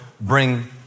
bring